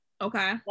Okay